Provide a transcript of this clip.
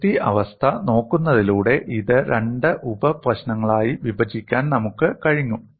അതിർത്തി അവസ്ഥ നോക്കുന്നതിലൂടെ ഇത് രണ്ട് ഉപ പ്രശ്നങ്ങളായി വിഭജിക്കാൻ നമുക്ക് കഴിഞ്ഞു